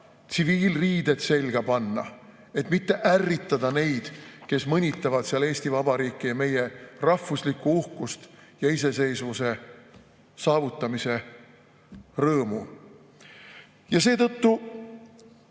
tsiviilriided selga panna, et mitte ärritada neid, kes mõnitavad seal Eesti Vabariiki ja meie rahvuslikku uhkust ja iseseisvuse saavutamise rõõmu. Seetõttu,